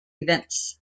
events